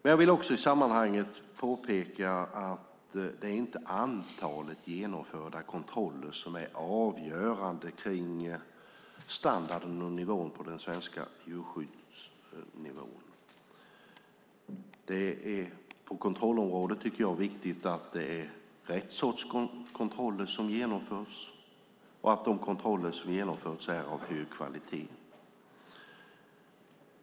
Jag vill påpeka att det inte är antalet genomförda kontroller som är avgörande för standarden och nivån på det svenska djurskyddet. På kontrollområdet tycker jag att det är viktigt att det är rätt sorts kontroller som genomförs och att de kontroller som genomförs är av hög kvalitet.